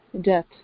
death